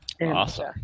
Awesome